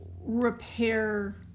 repair